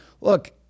look